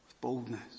boldness